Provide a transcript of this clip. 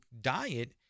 diet